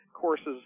courses